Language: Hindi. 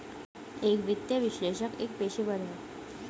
एक वित्तीय विश्लेषक एक पेशेवर है